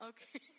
Okay